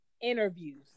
interviews